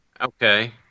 Okay